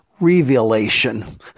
revelation